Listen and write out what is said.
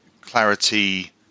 clarity